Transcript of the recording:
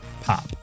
pop